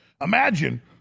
Imagine